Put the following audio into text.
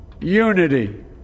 unity